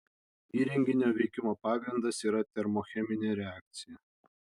įrenginio veikimo pagrindas yra termocheminė reakcija